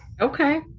okay